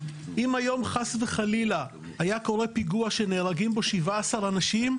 אם היום חס וחלילה היה קורה פיגוע שנהרגים בו 17 אנשים,